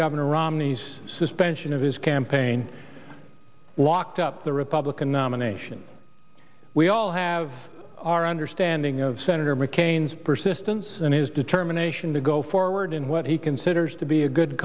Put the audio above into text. governor romney's suspension of his campaign locked up the republican nomination we all have our understanding of senator mccain's persistence and his determination to go forward in what he considers to be a good